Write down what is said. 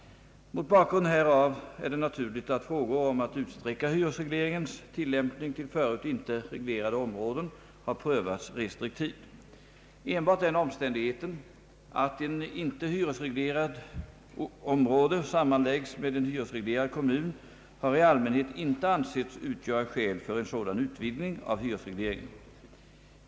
Mot bakgrund härav är det naturligt att frågor om att utsträcka hyresregleringens tillämpning till förut inte reglerade områden har prövats restriktivt. Enbart den omständigheten att ett inte hyresreglerat område sammanläggs med en hyresreglerad kommun har i allmänhet inte ansetts utgöra skäl för en sådan utvidgning av hyresregleringen.